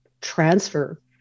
transfer